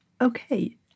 Okay